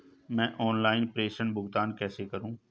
मैं ऑनलाइन प्रेषण भुगतान कैसे करूँ?